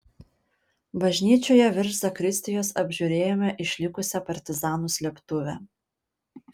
bažnyčioje virš zakristijos apžiūrėjome išlikusią partizanų slėptuvę